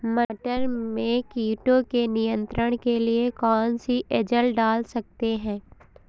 मटर में कीटों के नियंत्रण के लिए कौन सी एजल डाल सकते हैं?